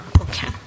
okay